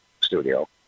studio